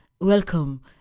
welcome